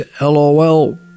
lol